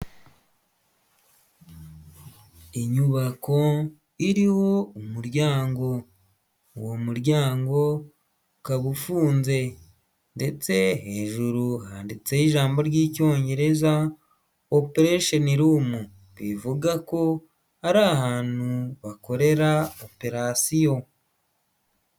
Inyubako iriho umuryango, uwo muryango ukaba ufunze ndetse hejuru handitseho ijambo ry'icyongereza ''operation room'' bivuga ko ari ahantu bakorera operasiyo.